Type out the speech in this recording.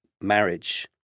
marriage